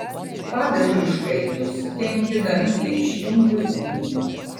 padažui užkaitus dengiu dangtį ir išjungiu ugnį